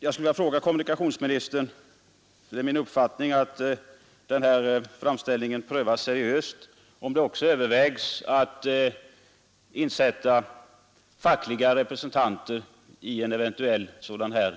Jag vill nu fråga kom munikationsministern om det övervägs att insätta fackliga representanter i den permanenta kommission som kan komma att tillsättas Det är en fråga som enligt min mening bör prövas seriöst.